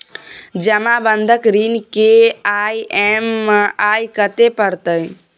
जमा बंधक ऋण के ई.एम.आई कत्ते परतै?